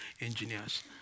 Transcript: engineers